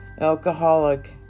alcoholic